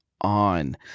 on